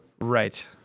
right